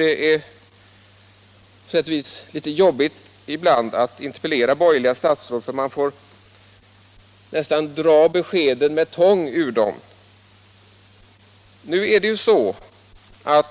Det är jobbigt att interpellera borgerliga statsråd för man får nästan dra beskeden med tång ur dem. Det brinner i knutarna